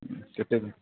କେତେ